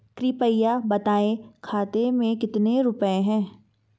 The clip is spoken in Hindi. कृपया बताएं खाते में कितने रुपए हैं?